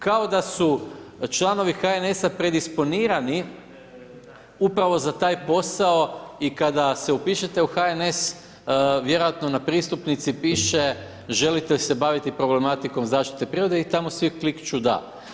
Kao da su članovi HNS-a predisponirani upravo za taj posao i kada se upišete u HNS, vjerojatno na pristupnici piše želite se baviti problematikom zaštite prirode i tamo svi klikću da.